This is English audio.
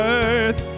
earth